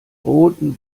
roten